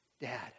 Dad